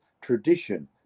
tradition